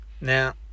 Now